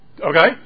Okay